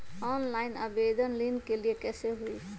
Online आवेदन ऋन के लिए कैसे हुई?